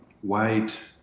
white